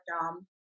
Dom